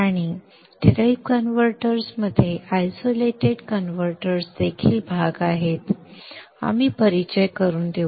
आणि derived converters मध्ये isolated converters देखील भाग आहेत आपण परिचय करून देऊ